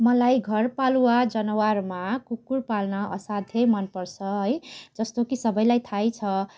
मलाई घर पालुवा जनावरमा कुकुर पाल्न असाध्यै मन पर्छ है जस्तो कि सबैलाई थाहै छ